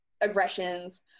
aggressions